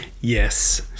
Yes